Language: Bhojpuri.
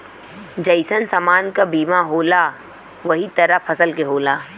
जइसन समान क बीमा होला वही तरह फसल के होला